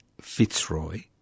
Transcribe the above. Fitzroy